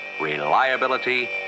reliability